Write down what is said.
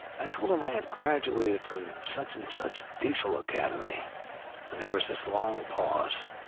i told him i had graduated from such and such diesel academy and there was this long pause.